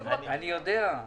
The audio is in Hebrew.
אני יודע.